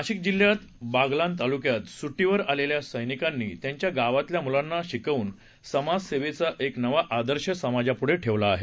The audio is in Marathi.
नाशिक जिल्ह्यात बागलान तालुक्यात सुटीवर आलेल्या सर्विकांनी त्यांच्या गावातल्या मुलांना शिकवून समाज सेवेचा एक नवा आदर्श समाजापुढे ठेवला आहे